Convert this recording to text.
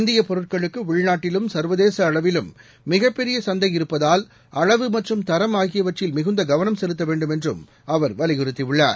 இந்திய பொருட்களுக்கு உள்நாட்டிலும் சா்வதேச அளவிலும் மிகப்பெரிய சந்தை இருப்பதால் அளவு மற்றும் தரம் ஆகியவற்றில் மிகுந்த கவளம் செலுத்த வேண்டும் என்றும் அவா் வலியுறுத்தியுள்ளார்